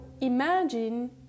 imagine